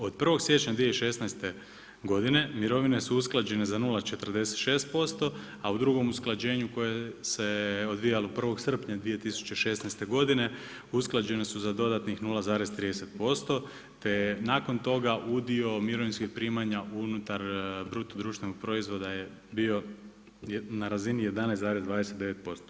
Od 1. siječnja 2016. godine mirovine su usklađene za 0,46%, a u drugom usklađenju koje se odvijalo 1. srpnja 2016. godine usklađene su za dodatnih 0,30%, te je nakon toga udio mirovinskih primanja unutar bruto društvenog proizvoda je bio na razini 11,29%